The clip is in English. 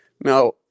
Now